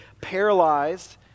paralyzed